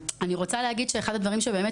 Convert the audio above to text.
אני רוצה להגיד שאחד הדברים שבאמת